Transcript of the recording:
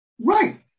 Right